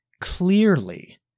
clearly